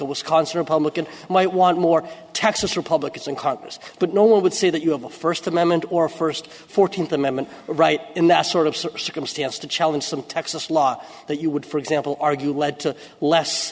a wisconsin republican might want more texas republicans in congress but no one would say that you have a first amendment or first fourteenth amendment right in that sort of circumstance to challenge some texas law that you would for example argue lead to less